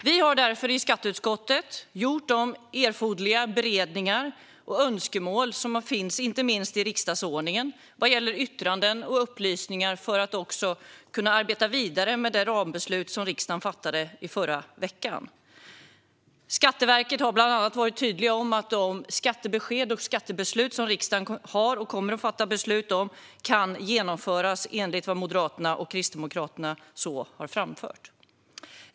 Vi har därför i skatteutskottet gjort erforderliga beredningar utifrån de önskemål som finns inte minst i riksdagsordningen vad gäller yttranden och upplysningar för att kunna arbeta vidare med det rambeslut som riksdagen fattade i förra veckan. Skatteverket har bland annat varit tydligt med att de skattebesked som riksdagen ger och kommer att fatta beslut om kan genomföras enligt vad Moderaterna och Kristdemokraterna har framfört.